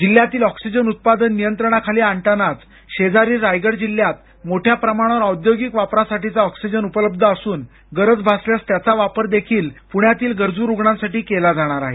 जिल्ह्यातील एक्सिजन उत्पादन नियंत्रणाखाली आणतानाच शेजारील रायगड जिल्ह्यात मोठ्या प्रमाणावर औद्योगिक वापरासाठीचा ऑक्सिजन उपलब्ध असून गरज भासल्यास त्याचा वापरदेखील पुण्यातील गरजू रुग्णांसाठी केला जाणार आहे